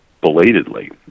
belatedly